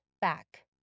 back